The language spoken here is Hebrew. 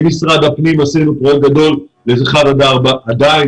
עם משרד הפנים עשינו פרויקט גדול מאחד עד ארבע אבל עדיין